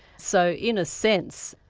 so in a sense,